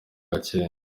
gakenke